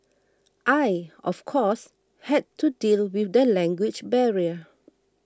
I of course had to deal with the language barrier